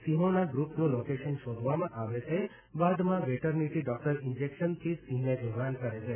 સિંહોના ગ્રૂપનું લોકેશન શોધવામાં આવે છે બાદમાં વેટરનીટી ડોક્ટર ઇન્જેક્શનથી સિંહને બેભાન કરે છે